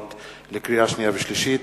לקריאה שנייה ולקריאה שלישית: